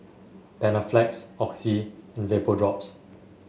Panaflex Oxy and Vapodrops